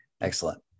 Excellent